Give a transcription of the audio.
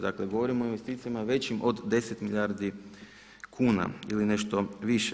Dakle, govorim o investicijama većim od 10 milijardi kuna ili nešto više.